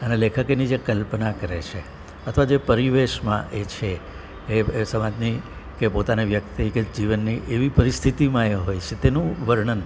અને લેખક એની જે કલ્પના કરે છે અથવા જે પરીવેશમાં એ છે એ એ સમાજની કે પોતાને વ્યક્તિ કે જીવનની એવી પરિસ્થિતિમાં એ હોય છે તેનું વર્ણન